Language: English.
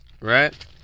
Right